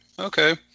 Okay